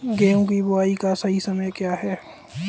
गेहूँ की बुआई का सही समय क्या है?